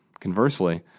conversely